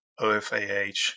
OFAH